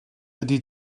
ydy